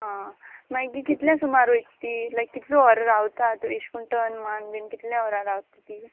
आ मागी कितल्या सुमार वोयता ती लायक कितले वोरां रावतात एश कोन टन मान बीन कितल्या वोरां रावता ती